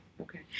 okay